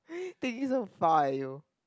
thinking so far eh you